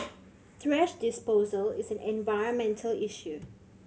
thrash disposal is an environmental issue